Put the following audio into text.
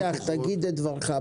אדוני, תגיד את דברך.